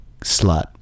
slut